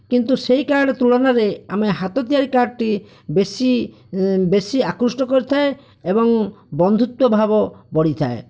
କିନ୍ତୁ ସେହି କାର୍ଡ଼ ତୁଳନାରେ ଆମେ ହାତ ତିଆରି କାର୍ଡ଼ଟି ବେଶି ବେଶି ଆକୃଷ୍ଟ କରିଥାଏଁ ଏବଂ ବନ୍ଧୁତ୍ୱ ଭାବ ବଢିଥାଏଁ